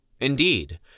Indeed